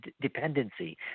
dependency